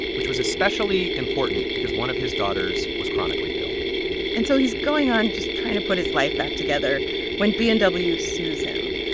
which was especially important because one of his daughters was chronically ill and so he's going on just trying to put his life back together when b and w sues him.